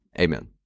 Amen